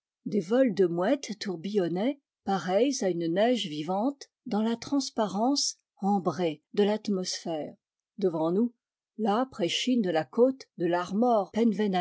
des vols de mouettes tourbillonnaient pareils à une neige vivante dans la transparence ambrée de l'atmosphère devant nous l âpre échine de la côte de l'armor